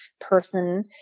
person